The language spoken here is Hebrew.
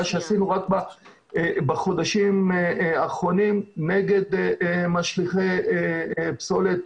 שעשינו רק בחודשים האחרונים נגד משליכי פסולת.